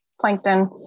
plankton